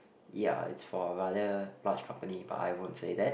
ya it's for a rather large company but I won't say that